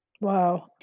Wow